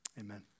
Amen